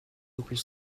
aucune